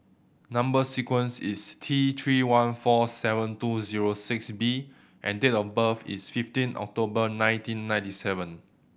number sequence is T Three one four seven two zero six B and date of birth is fifteen October nineteen ninety seven